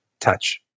touch